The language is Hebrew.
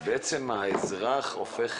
בעצם האזרח הופך